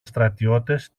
στρατιώτες